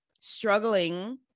struggling